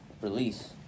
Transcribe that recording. release